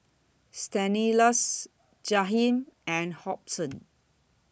Stanislaus Jahiem and Hobson